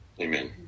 amen